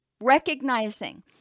Recognizing